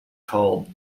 called